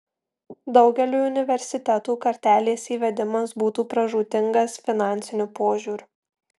daugeliui universitetų kartelės įvedimas būtų pražūtingas finansiniu požiūriu